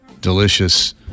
delicious